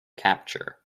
capture